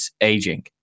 aging